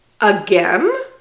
again